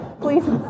Please